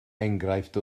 enghraifft